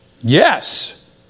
Yes